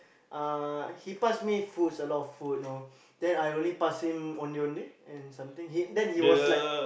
uh he pass me foods a lot of food know then I only pass him Ondeh-Ondeh and something he then he was like